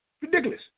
Ridiculous